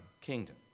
kingdom